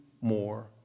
more